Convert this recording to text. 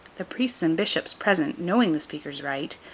the priests and bishops present, knowing the speaker's right,